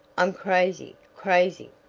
i'm crazy crazy!